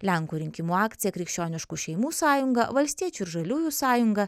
lenkų rinkimų akcija krikščioniškų šeimų sąjunga valstiečių ir žaliųjų sąjunga